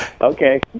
Okay